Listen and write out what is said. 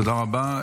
תודה רבה.